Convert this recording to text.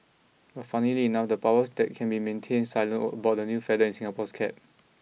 but funnily enough the powers that be maintain silent about the new feather in Singapore's cap